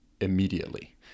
immediately